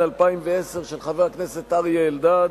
של חבר הכנסת אריה אלדד,